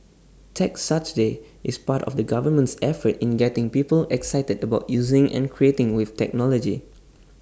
Tech Saturday is part of the government's efforts in getting people excited about using and creating with technology